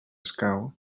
escau